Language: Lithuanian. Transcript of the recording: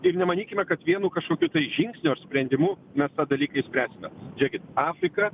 ir nemanykime kad vienu kažkokiu tai žingsniu ar sprendimu mes tą dalyką išspręsime žiūrėkit afrika